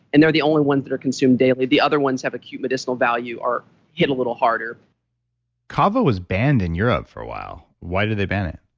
and they're the only ones that are consumed daily. the other ones have acute medicinal value, hit a little harder kava was banned in europe for a while. why did they ban it?